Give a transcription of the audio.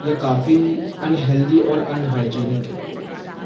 ये काफ़ी अनहेल्दी और अनहाइजीनिक है